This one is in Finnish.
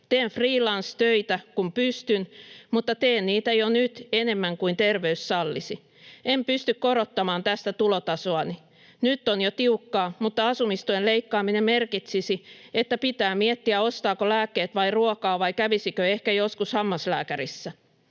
Teen freelance-töitä kun pystyn, mutta teen niitä jo nyt enemmän kuin terveys sallisi. En pysty korottamaan tästä tulotasoani. Nyt on jo tiukkaa, mutta asumistuen leikkaaminen merkitsisi, että pitää miettiä, ostaako lääkkeet vai ruokaa vai kävisikö ehkä joskus hammaslääkärissä.